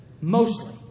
mostly